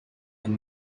and